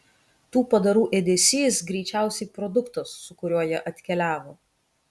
tų padarų ėdesys greičiausiai produktas su kuriuo jie atkeliavo